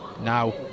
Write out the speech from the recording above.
Now